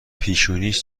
پیشونیش